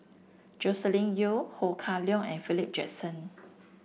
Joscelin Yeo Ho Kah Leong and Philip Jackson